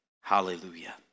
hallelujah